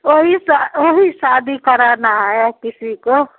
वही सा वही शादी कराना है किसी को